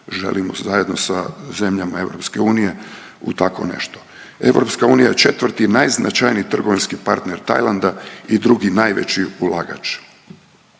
želimo zajedno sa zemljama EU u tako nešto. EU je četvrti najznačajniji trgovinski partner Tajlanda i drugi najveći ulagač.